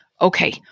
Okay